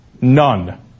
None